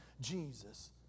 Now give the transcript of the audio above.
Jesus